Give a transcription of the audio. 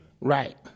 right